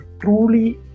truly